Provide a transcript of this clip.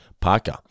Parker